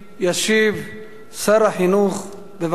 ישיב שר החינוך, בבקשה.